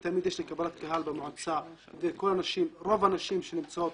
לי תמיד יש קבלת קהל במועצה ורוב הנשים שנמצאות